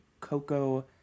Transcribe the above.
Coco